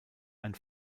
ein